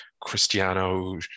Cristiano